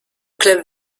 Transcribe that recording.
club